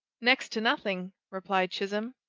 next to nothing, replied chisholm.